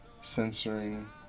censoring